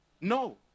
No